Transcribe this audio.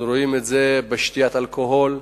רואים את זה בשתיית אלכוהול,